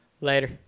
Later